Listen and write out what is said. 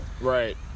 Right